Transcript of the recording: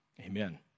Amen